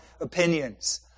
opinions